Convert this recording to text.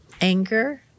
anger